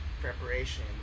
preparation